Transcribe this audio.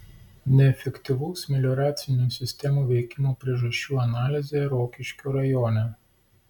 neefektyvaus melioracinių sistemų veikimo priežasčių analizė rokiškio rajone